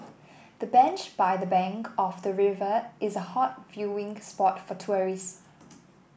the bench by the bank of the river is a hot viewing spot for tourists